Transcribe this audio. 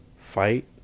fight